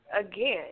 again